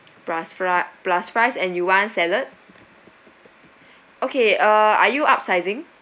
plus fra~ plus fries and you want salad okay uh are you upsizing